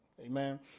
Amen